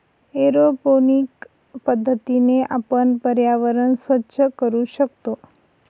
aeroponic पद्धतीने आपण पर्यावरण स्वच्छ करू शकतो